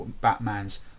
Batman's